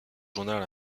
journal